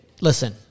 listen